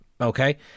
Okay